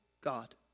God